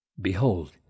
Behold